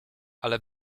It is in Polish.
ale